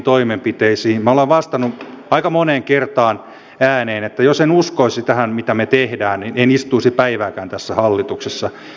minä olen vastannut aika moneen kertaan ääneen että jos en uskoisi tähän mitä me teemme en istuisi päivääkään tässä hallituksessa